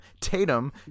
Tatum